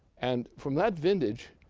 and from that vintage,